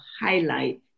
highlight